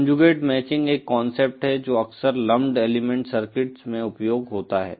conjugate matching एक concept है जो अक्सर लम्प्ड एलिमेंट सर्किट्स में उपयोग होता है